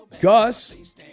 Gus